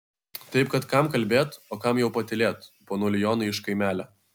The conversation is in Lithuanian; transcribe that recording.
taip kad kam kalbėt o kam jau patylėt ponuli jonai iš kaimelio